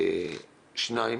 יש כאן